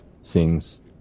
sings